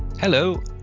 Hello